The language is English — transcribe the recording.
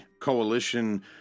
coalition